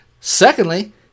Secondly